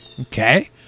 Okay